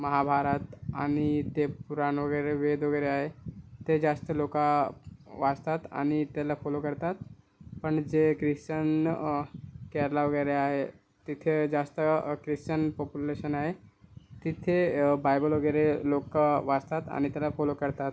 महाभारत आणि ते पुराण वगैरे वेद वगैरे आहे ते जास्त लोक वाचतात आणि त्याला फॉलो करतात पण जे क्रिस्चन केरळ वगेरे आहे तिथे जास्त क्रिस्सन पोपुलेशन आहे तिथे बायबल वगैरे लोक वाचतात आणि त्याला फोलो करतात